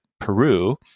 Peru